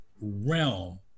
realm